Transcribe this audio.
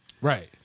Right